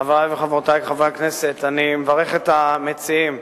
חברי וחברותי חברי הכנסת, אני מברך את המציעים,